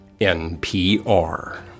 NPR